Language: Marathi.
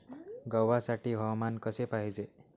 गव्हासाठी हवामान कसे पाहिजे?